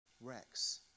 Rex